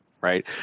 right